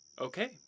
Okay